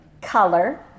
color